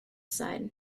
side